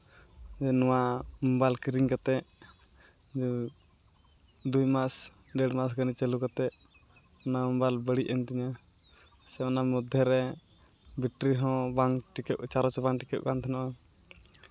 ᱟᱫᱚ ᱱᱚᱣᱟ ᱢᱳᱵᱟᱭᱤᱞ ᱠᱤᱨᱤᱧ ᱠᱟᱛᱮ ᱫᱩ ᱢᱟᱥ ᱫᱮᱹᱲ ᱢᱟᱥ ᱜᱟᱱ ᱪᱟᱹᱞᱩ ᱠᱟᱛᱮ ᱚᱱᱟ ᱢᱳᱵᱟᱭᱤᱞ ᱵᱟᱹᱲᱤᱡ ᱮᱱ ᱛᱤᱧᱟᱹ ᱥᱮ ᱚᱱᱟ ᱢᱚᱫᱽᱫᱷᱮ ᱨᱮ ᱵᱮᱴᱨᱤ ᱦᱚᱸ ᱵᱟᱝ ᱴᱤᱠᱟᱹᱜ ᱪᱟᱨᱚᱡᱽ ᱵᱟᱝ ᱴᱤᱠᱟᱹᱜ ᱠᱟᱱᱛᱤᱧᱟᱹ